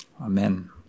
Amen